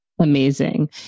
amazing